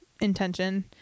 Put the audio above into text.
intention